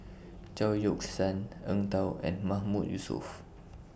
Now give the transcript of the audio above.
Chao Yoke San Eng Tow and Mahmood Yusof